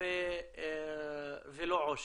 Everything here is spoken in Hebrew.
ולא עושק.